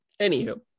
Anywho